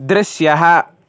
दृश्यः